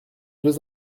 deux